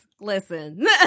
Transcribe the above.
Listen